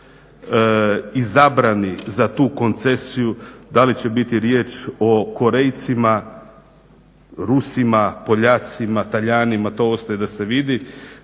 izabrani za tu koncesiju, da li će biti riječ o Korejcima, Rusima, Poljacima, Talijanima, to ostaje da se vidi.